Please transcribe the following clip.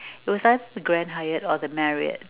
it was either the grand Hyatt or the Marriott